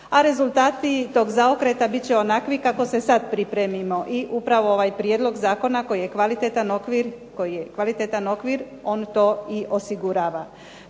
A rezultati tog zaokreta bit će onakvi kako se sad pripremimo. I upravo ovaj prijedlog zakona koji je kvalitetan okvir on to i osigurava.